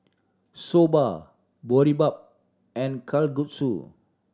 Soba Boribap and Kalguksu